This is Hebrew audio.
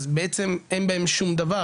אז בעצם אין בהם שום דבר,